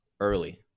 Early